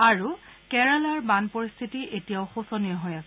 আৰু কেৰালাৰ বান পৰিস্থিতি এতিয়াও শোচনীয় হৈ আছে